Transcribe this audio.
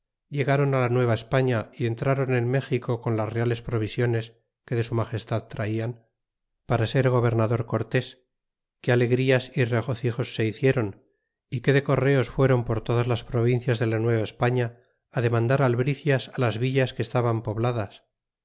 paz ilegron la nueva españa y entrron en méxico con las reales provisiones que de su magestad traian para ser gobernador cortés que alegrías y regocijos se hicieron y que de correos fueron por todas las provincias de la nueva españa demandar albricias las villas que estaban pobladas